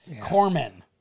Corman